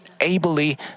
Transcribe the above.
ably